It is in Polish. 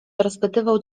rozpytywał